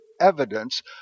evidence